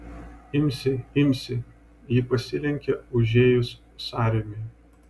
imsi imsi ji pasilenkė užėjus sąrėmiui